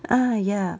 ah ya